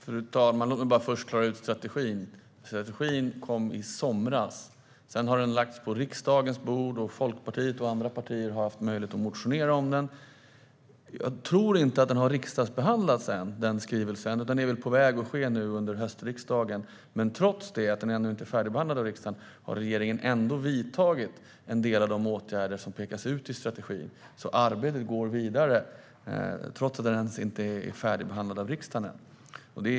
Fru talman! Låt mig först bara klara ut detta med strategin. Strategin kom i somras. Sedan har den lagts på riksdagens bord, och Folkpartiet och andra partier har haft möjlighet att motionera om den. Jag tror inte att skrivelsen har riksdagsbehandlats än, utan det är väl på väg att ske nu under höstriksdagen. Trots att den inte är färdigbehandlad av riksdagen har regeringen vidtagit en del av de åtgärder som pekas ut i strategin. Arbetet går alltså vidare trots att skrivelsen inte är färdigbehandlad av riksdagen än.